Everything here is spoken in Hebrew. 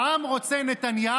העם רוצה נתניהו,